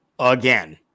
Again